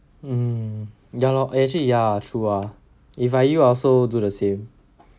um ya lor actually ya true ah if I were you I also do the same